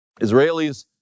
Israelis